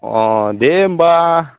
अ दे होनबा